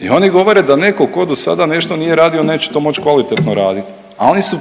i oni govore da netko tko do sada nešto nije radio neće to moći kvalitetno raditi, a oni su